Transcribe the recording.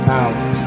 out